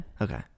Okay